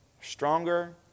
Stronger